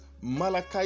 Malachi